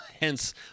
Hence